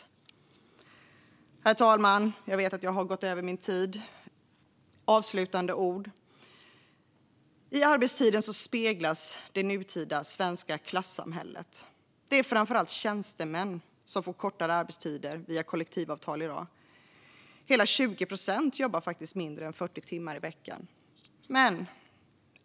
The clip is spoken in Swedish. Herr talman! Jag vet att jag har dragit över min talartid men har några avslutande ord. I arbetstiden speglas det nutida svenska klassamhället. Det är framför allt tjänstemän som får kortare arbetstider via kollektivavtal i dag. Hela 20 procent jobbar faktiskt mindre än 40 timmar i veckan.